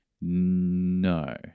No